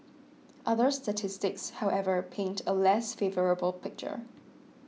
other statistics however paint a less favourable picture